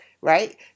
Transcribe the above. Right